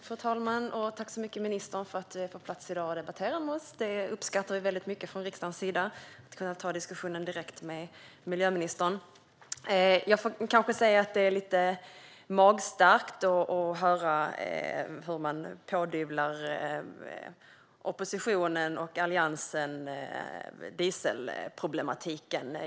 Fru talman! Jag tackar ministern för att hon är på plats i dag och debatterar med oss. Från riksdagens sida uppskattar vi väldigt mycket möjligheten att ta diskussionen direkt med miljöministern. Jag får kanske säga att det är lite magstarkt att ministern pådyvlar oppositionen och Alliansen dieselproblematiken.